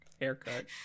haircut